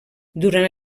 durant